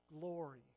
glory